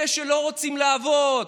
אלה שלא רוצים לעבוד,